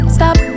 Stop